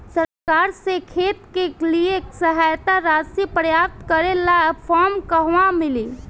सरकार से खेत के लिए सहायता राशि प्राप्त करे ला फार्म कहवा मिली?